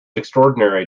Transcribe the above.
extraordinary